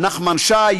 נחמן שי,